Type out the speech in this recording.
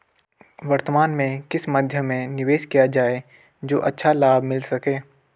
वर्तमान में किस मध्य में निवेश किया जाए जो अच्छा लाभ मिल सके?